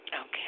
Okay